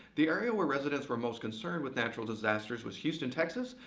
the area where residents were most concerned with natural disasters was houston, texas,